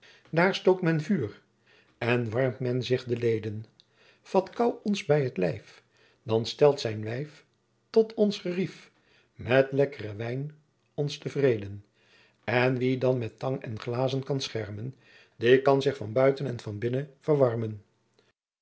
stookt men t vuur en warmt men sich de leden vat kou ons bij t lijf dan stelt zijn wijf tot ons gerijf met lekkeren wijn ons te vreden en wie dan met tang en met glazen kan schermen die kan zich van buite en van binne verwennen